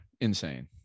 insane